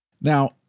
Now